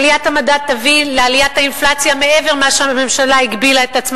עליית המדד תביא לעליית האינפלציה מעבר למה שהממשלה הגבילה את עצמה,